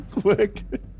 Quick